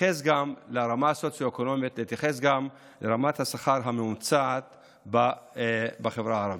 בהתייחס גם לרמה הסוציו-אקונומית וגם לרמת השכר הממוצעת בחברה הערבית.